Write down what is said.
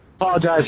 Apologize